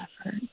effort